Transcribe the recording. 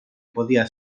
podia